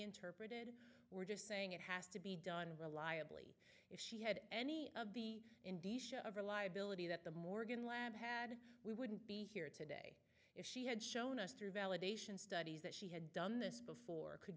and we're just saying it has to be done reliably if she had any of the india of reliability that the morgan lab had we wouldn't be here today if she had shown us through validation studies that she had done this before could